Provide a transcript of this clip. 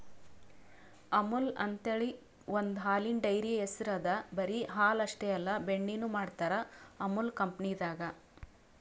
ಅಮುಲ್ ಅಂಥೇಳಿ ಒಂದ್ ಹಾಲಿನ್ ಡೈರಿ ಹೆಸ್ರ್ ಅದಾ ಬರಿ ಹಾಲ್ ಅಷ್ಟೇ ಅಲ್ಲ ಬೆಣ್ಣಿನು ಮಾಡ್ತರ್ ಅಮುಲ್ ಕಂಪನಿದಾಗ್